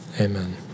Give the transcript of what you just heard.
Amen